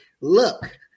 Look